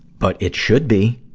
but it should be!